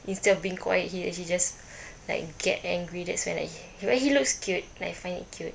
instead of being quiet he he just like get angry that's when like he but he looks cute like I find it cute